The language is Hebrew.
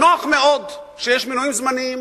נוח מאוד שיש מינויים זמניים.